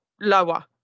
lower